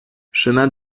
chemin